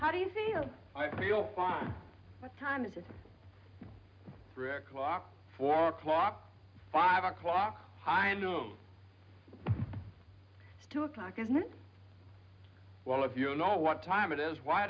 how do you think i feel fine what time is just three o'clock four o'clock five o'clock i know two o'clock is now well if you know what time it is why